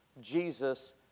Jesus